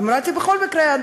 אמרתי: בכל מקרה,